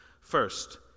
First